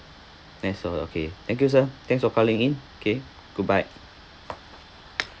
that's all okay thank you sir thanks for calling in okay goodbye